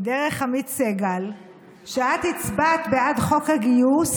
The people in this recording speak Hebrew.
דרך עמית סגל שאת הצבעת בעד חוק הגיוס